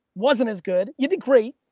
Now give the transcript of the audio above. wasn't as good. you did great.